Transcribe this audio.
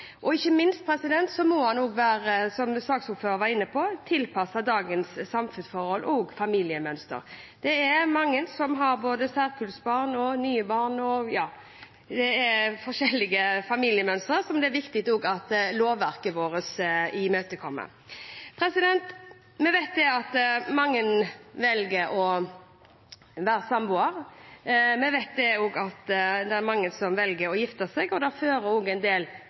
Ikke minst må loven tilpasses dagens samfunnsforhold og familiemønster, som saksordføreren var inne på. Det er mange som har både særkullsbarn og nye barn. Det er forskjellige familiemønster som det er viktig at lovverket vårt imøtekommer. Vi vet at mange velger å være samboere, vi vet også at mange velger å gifte seg, og det fører med seg en del